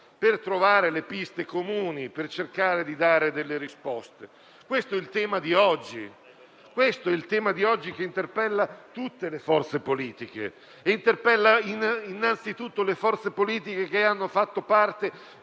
per trovare piste comuni e cercare di dare delle risposte. Questo è il tema di oggi che interpella tutte le forze politiche, e innanzitutto quelle che hanno fatto parte